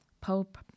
Pope